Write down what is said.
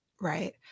Right